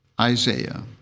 Isaiah